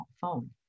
phone